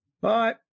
bye